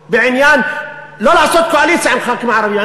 בעניין של לא לעשות קואליציה עם חברי כנסת ערבים.